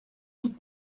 toute